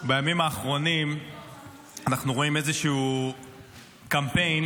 בימים האחרונים אנחנו רואים איזשהו קמפיין